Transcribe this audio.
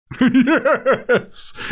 Yes